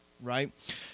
right